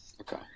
Okay